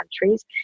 countries